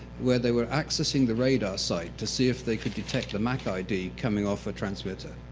where they were accessing the radar site to see if they could detect a mac id coming off the transmitter.